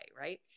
Right